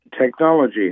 technology